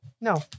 No